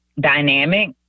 dynamic